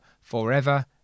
forever